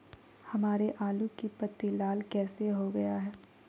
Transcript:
हमारे आलू की पत्ती लाल कैसे हो गया है?